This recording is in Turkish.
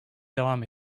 devam